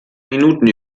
minuten